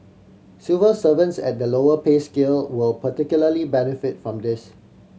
civil servants at the lower pay scale will particularly benefit from this